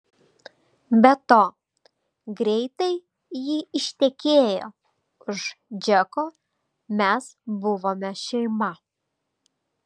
be to greitai ji ištekėjo už džeko mes buvome šeima